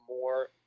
more